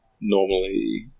normally